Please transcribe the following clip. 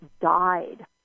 died